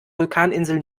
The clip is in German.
vulkaninsel